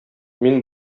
мин